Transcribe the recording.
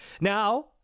Now